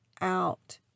out